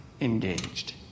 engaged